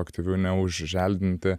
aktyvių ne užželdinti